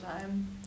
time